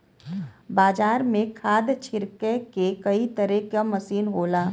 बाजार में खाद छिरके के कई तरे क मसीन होला